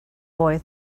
boy